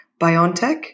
BioNTech